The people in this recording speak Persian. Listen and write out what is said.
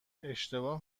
اشتباه